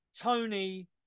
Tony